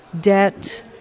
debt